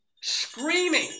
screaming